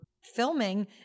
filming